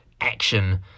action